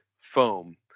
foam